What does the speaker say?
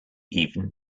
even